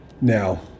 Now